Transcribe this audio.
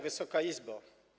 Wysoka Izbo!